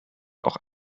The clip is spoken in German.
auch